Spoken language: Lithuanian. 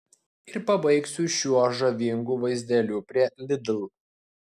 ir pabaigsiu šiuo žavingu vaizdeliu prie lidl